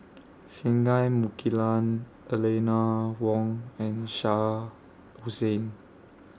Singai Mukilan Eleanor Wong and Shah Hussain